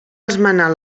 esmenar